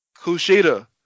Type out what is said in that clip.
Kushida